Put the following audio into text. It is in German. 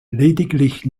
lediglich